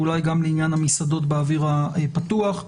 ואולי גם לעניין המסעדות באוויר הפתוח.